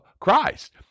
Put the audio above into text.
Christ